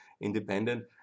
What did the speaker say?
independent